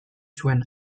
zuen